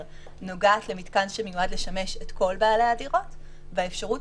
נוגעת למתקן שמיועד לשמש את כל בעלי הדירות; והאפשרות